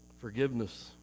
Forgiveness